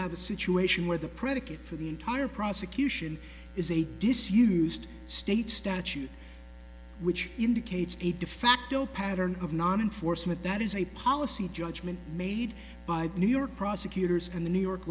have a situation where the predicate for the entire prosecution is a disused state statute which indicates a de facto pattern of not enforcement that is a policy judgment made by new york prosecutors and the new york